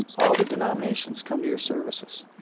all the denominations come to your services,